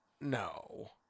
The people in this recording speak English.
no